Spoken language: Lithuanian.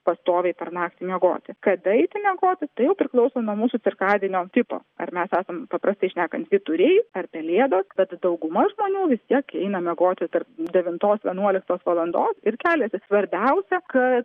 pastoviai per naktį miegoti kada eiti miegoti tai priklauso nuo mūsų cirkadinio tipo ar mes esam paprastai šnekant vyturiai ar pelėdos bet dauguma žmonių vis tiek eina miegoti tarp devintos vienuoliktos valandos ir keliasi svarbiausia kad